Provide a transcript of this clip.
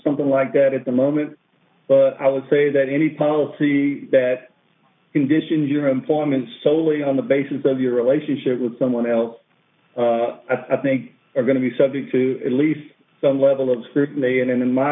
something like that at the moment but i would say that any policy that condition you implement solely on the basis of your relationship with someone else i think you're going to be subject to at least some level of scrutiny and in